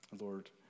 Lord